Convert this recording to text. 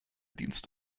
dienst